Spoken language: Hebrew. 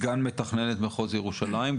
סגן מתכננת מחוז ירושלים,